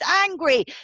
angry